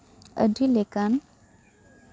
ᱟᱹᱰᱤ ᱞᱮᱠᱟᱱ